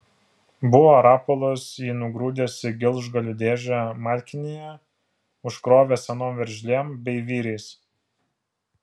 buvo rapolas jį nugrūdęs į gelžgalių dėžę malkinėje užkrovęs senom veržlėm bei vyriais